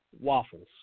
waffles